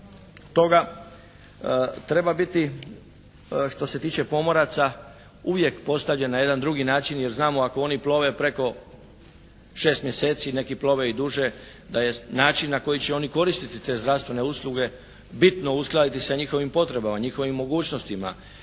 mjeseci, neki plove i duže, da je način na koji će oni koristiti te zdravstvene usluge bitno uskladiti sa njihovim potrebama, njihovim mogućnostima,